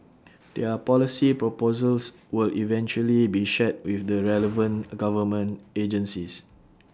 their policy proposals will eventually be shared with the relevant government agencies